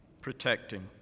protecting